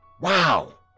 Wow